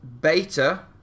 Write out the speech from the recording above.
beta